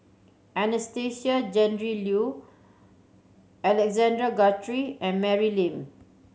Anastasia Tjendri Liew Alexander Guthrie and Mary Lim